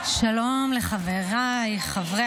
טובה יותר מחוק האקלים הקודם שהובא לפה,